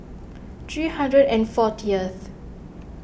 three hundred and fortieth